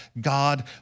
God